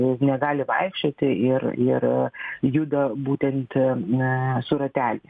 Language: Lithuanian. negali vaikščioti ir juda būtent su rateliais